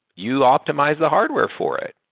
you optimize the hardware for it.